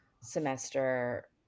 semester